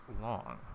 long